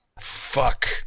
Fuck